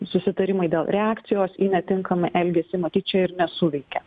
susitarimai dėl reakcijos į netinkamą elgesį matyt čia ir nesuveikė